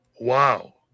Wow